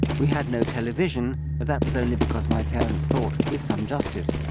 we had no television, but that was only because my parents thought, with some justice,